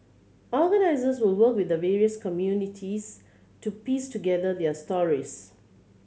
organisers will work with the various communities to piece together their stories